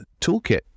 toolkit